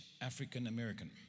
African-American